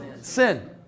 sin